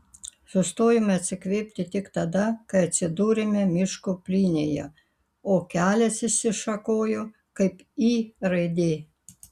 sustojome atsikvėpti tik tada kai atsidūrėme miško plynėje o kelias išsišakojo kaip y raidė